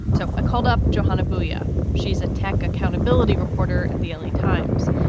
so i called up johanna boudia. she's a tech accountability reporter at the l a. times.